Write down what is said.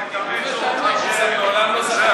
אני אומר את האמת.